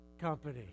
company